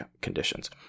conditions